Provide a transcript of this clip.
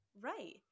Right